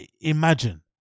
imagine